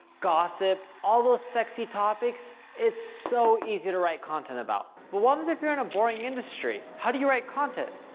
gossip. all those sexy topics? it's so easy to write content about, but what happens if you're in a boring industry? how do you write content?